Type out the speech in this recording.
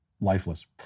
lifeless